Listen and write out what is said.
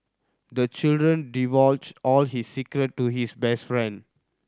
the children divulged all his secret to his best friend